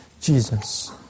Jesus